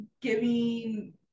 giving